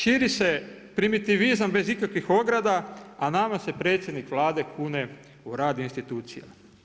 Širi se primitivizam bez ikakvih ograda, a nama se predsjednik Vlade kune u rad institucija.